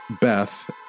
Beth